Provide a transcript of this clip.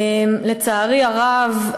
לצערי הרב.